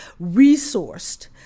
resourced